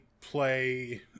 play